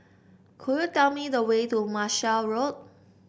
could you tell me the way to Marshall Road